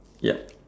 yep